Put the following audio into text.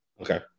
Okay